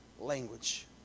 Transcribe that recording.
language